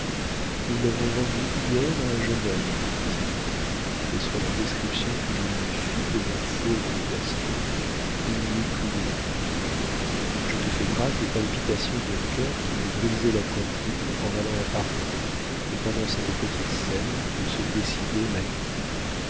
nous l'avons vendue hier à un jeune homme me dit-il et sur la description que je lui fis de mon fourbe de gaston il n'y eut plus de doute je te fais grâce des palpitations de cœur qui me brisaient la poitrine en allant à paris et pendant cette petite scène où se décidait ma vie